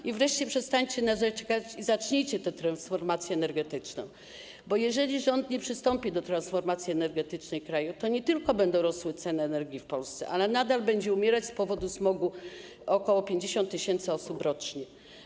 I wreszcie przestańcie narzekać i zacznijcie tę transformację energetyczną, bo jeżeli rząd nie przystąpi do transformacji energetycznej kraju, to nie tylko będą rosły ceny energii w Polsce, ale też nadal będzie umierać z powodu smogu ok. 50 tys. osób rocznie.